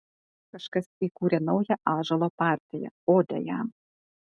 kažkas įkūrė naują ąžuolo partiją odę jam